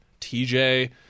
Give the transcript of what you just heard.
TJ